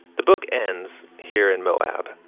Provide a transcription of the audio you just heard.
the book ends here in moab.